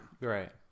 Right